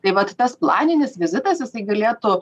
tai vat tas planinis vizitas jisai galėtų